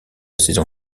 saison